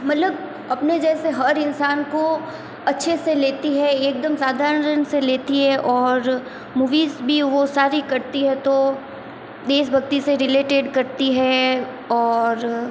मतलब अपने जैसे हर इंसान को अच्छे से लेती है एकदम साधारण से लेती है और मूवीज़ भी वो सारी करती है तो देशभक्ति से रिलेटेड करती है और